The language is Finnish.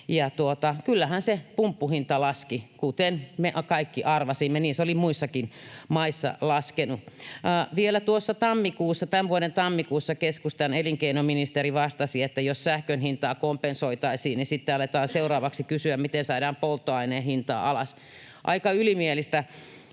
kyllähän se pumppuhinta laski, kuten me kaikki arvasimme. Niin se oli muissakin maissa laskenut. Vielä tuossa tämän vuoden tammikuussa keskustan elinkeinoministeri vastasi, että jos sähkön hintaa kompensoitaisiin, niin sitten aletaan seuraavaksi kysyä, miten saadaan polttoaineen hintaa alas. Aika ylimielistä